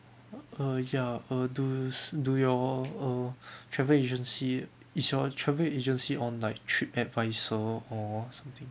uh ya uh do s~ do your uh travel agency is your travel agency on like trip advisor or something